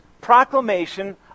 proclamation